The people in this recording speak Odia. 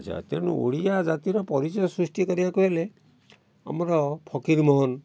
ଆଚ୍ଛା ତେଣୁ ଓଡ଼ିଆ ଜାତିର ପରିଚୟ ସୃଷ୍ଟି କରିବାକୁ ହେଲେ ଆମର ଫକୀରମୋହନ